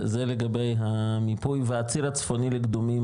זה לגבי המיפוי והציר הצפוני לקדומים,